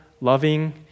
loving